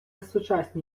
сучасні